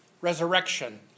resurrection